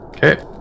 Okay